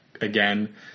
again